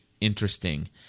interesting